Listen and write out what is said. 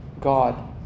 God